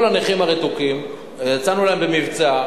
יצאנו במבצע,